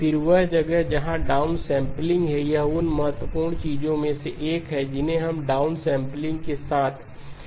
फिर वह जगह जहां डाउनसेंपलिंग है यह उन महत्वपूर्ण चीजों में से एक है जिन्हें हम डाउनस्मैपलिंग के साथ ध्यान में रखना चाहेंगे